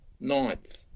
ninth